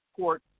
court